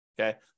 okay